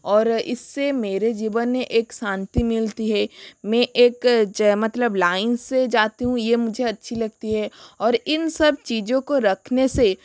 और इससे मेरे जीवन में एक शांति मिलती है मैं एक जै मतलब लाइन से जाती हूँ ये मुझे अच्छी लगती है और इन सब चीज़ों को रखने से